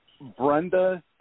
Brenda